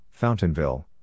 Fountainville